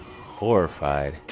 horrified